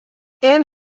ann